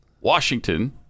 Washington